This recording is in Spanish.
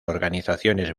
organizaciones